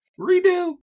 Redo